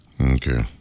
Okay